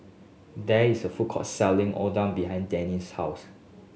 there is a food court selling Oden behind Denny's house